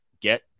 get